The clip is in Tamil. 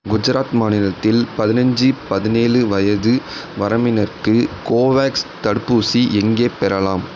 குஜராத் மாநிலத்தில் பதினஞ்சு பதினேழு வயது வரம்பினருக்கு கோவோவேக்ஸ் தடுப்பூசி எங்கே பெறலாம்